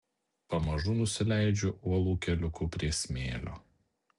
pamažu nusileidžiu uolų keliuku prie smėlio